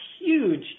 huge